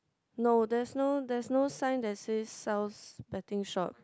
no there's no there's no sign that says sells betting shop